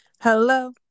Hello